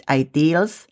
ideals